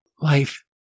life